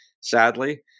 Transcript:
sadly